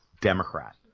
Democrat